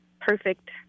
perfect